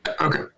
Okay